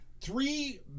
Three